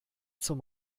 zum